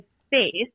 space